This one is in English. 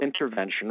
intervention